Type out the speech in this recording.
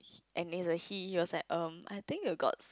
and it's a he he was like um I think you got